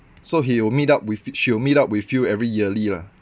so he will meet up with she will meet up with you every yearly lah